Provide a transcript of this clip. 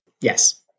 Yes